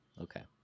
okay